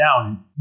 down